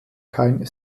kein